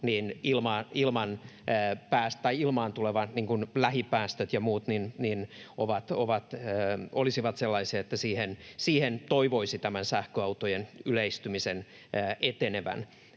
ilmaan tulevat lähipäästöt ja muut olisivat sellaisia, että siihen toivoisi tämän sähköautojen yleistymisen etenevän.